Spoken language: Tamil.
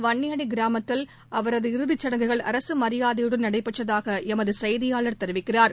வன்னியடி கிராமத்தில் அவரது இறுதிச் சுடங்குகள் அரசு மரியாதையுடன் நடைபெற்றதாக எமது செய்தியாளர் தெரிவிக்கிறார்